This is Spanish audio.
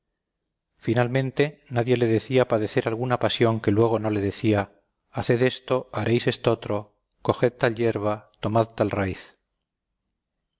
finalmente nadie le decía padecer alguna pasión que luego no le decía haced esto hareís estotro cosed tal yerba tomad tal raíz